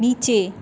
নীচে